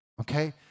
Okay